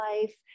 life